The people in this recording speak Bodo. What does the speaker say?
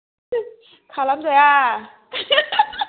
खालाम जाया